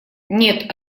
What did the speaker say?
нет